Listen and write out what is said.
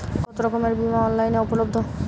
কতোরকমের বিমা অনলাইনে উপলব্ধ?